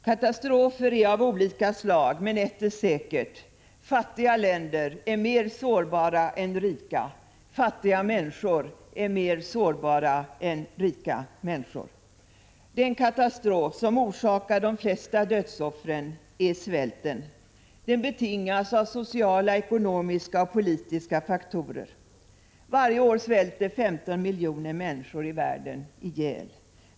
Katastrofer är av olika slag, men ett är säkert: fattiga länder är mer sårbara än rika länder och fattiga människor mer sårbara än rika människor. Den katastrof som orsakar flest dödsoffer är svälten. Den betingas av sociala, ekonomiska och politiska faktorer. Varje år svälter 15 miljoner människor i världen ihjäl.